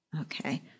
Okay